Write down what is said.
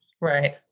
Right